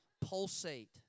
pulsate